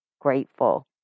grateful